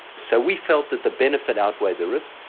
so we felt that the benefit outweighed the risk,